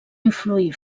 influir